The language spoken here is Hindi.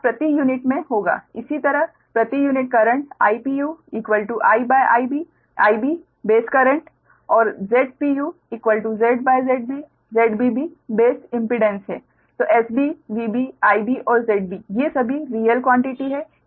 यह प्रति यूनिट मे होगा इसी तरह प्रति unit current IpuI IB 𝑰𝑩 base current और ZpuZ ZB 𝒁𝑩 भी बेस इम्पीडेंस है 𝑺𝑩 𝑽𝑩 𝑰𝑩 और 𝒁𝑩 ये सभी रियल क्वान्टिटी हैं